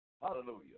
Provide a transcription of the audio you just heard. Hallelujah